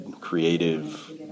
creative